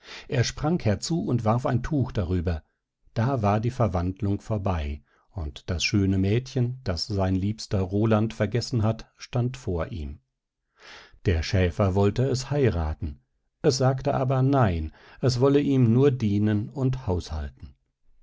er sprang herzu und warf ein tuch darüber da war die verwandlung vorbei und das schöne mädchen das sein liebster roland vergessen hat stand vor ihm der schäfer wollte es heirathen es sagte aber nein es wolle ihm nur dienen und haushalten